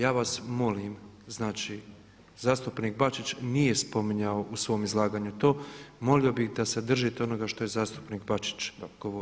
Ja vas molim znači zastupnik Bačić nije spominjao u svom izlaganju to, molio bih da se držite onoga što je zastupnik Bačić govorio.